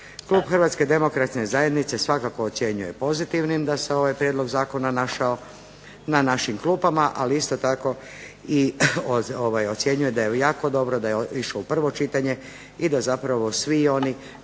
Klub Hrvatske demokratske zajednice svakako ocjenjuje pozitivnim da se ovaj prijedlog zakona našao na našim klupama, ali isto tako i ocjenjuje da je jako dobro da je išao u prvo čitanje i da zapravo svi oni